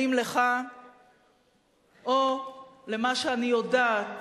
האם לך או למה שאני יודעת